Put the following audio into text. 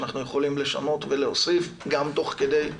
אנחנו יכולים לשנות ולהוסיף גם תוך כדי,